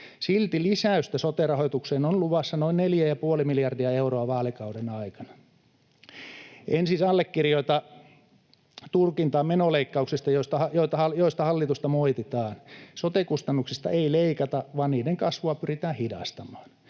Silti lisäystä sote-rahoitukseen on luvassa noin neljä ja puoli miljardia euroa vaalikauden aikana. En siis allekirjoita tulkintaa menoleikkauksista, joista hallitusta moititaan. Sote-kustannuksista ei leikata, vaan niiden kasvua pyritään hidastamaan.